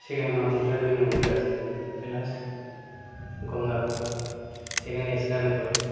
সেখানে মা মনসাদেবীর মন্দির আছে কৈলাস গঙ্গা সেখানে স্নান করে